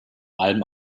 allem